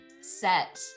set